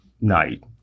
night